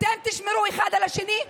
אתם תשמרו אחד על השני?